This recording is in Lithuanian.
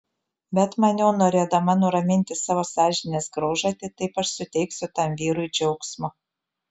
bet maniau norėdama nuraminti savo sąžinės graužatį taip aš suteiksiu tam vyrui džiaugsmo